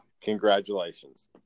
Congratulations